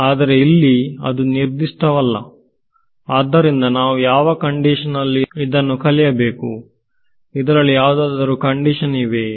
ಆದರೆ ಇಲ್ಲಿ ಅದು ನಿರ್ದಿಷ್ಟ ವಲ್ಲಆದ್ದರಿಂದ ನಾವು ಯಾವ ಕಂಡೀಶನ್ ನಲ್ಲಿ ಇದನ್ನು ಕಲಿಯಬೇಕು ಇದರಲ್ಲಿ ಯಾವುದಾದರೂ ಕಂಡೀಶನ್ ಇವೆಯೇ